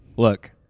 look